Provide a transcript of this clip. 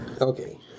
Okay